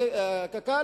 קק"ל,